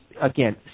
again